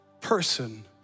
person